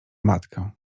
matkę